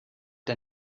der